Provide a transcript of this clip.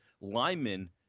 linemen